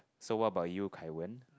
so what about you Kai Wen